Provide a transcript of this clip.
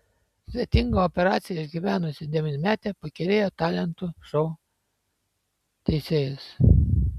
sudėtingą operaciją išgyvenusi devynmetė pakerėjo talentų šou teisėjus